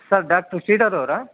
sir doctor Sridhar ಅವರಾ